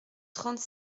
trente